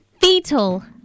Fetal